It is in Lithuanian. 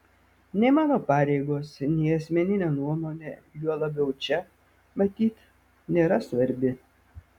nei mano pareigos nei asmeninė nuomonė juo labiau čia matyt nėra svarbi